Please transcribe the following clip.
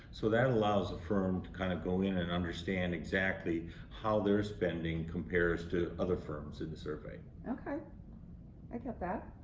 so that allows a firm to kind of go in and understand exactly how their spending compares to other firms in the survey. ok i got that.